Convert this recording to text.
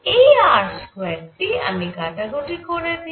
এই r2 টি আমি কাটাকুটি করে দিই